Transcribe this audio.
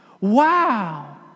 Wow